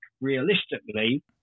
realistically